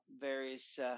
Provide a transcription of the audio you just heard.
various